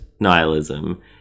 nihilism